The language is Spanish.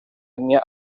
etnia